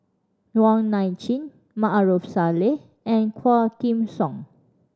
Wong Nai Chin Maarof Salleh and Quah Kim Song